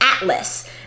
atlas